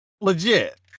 Legit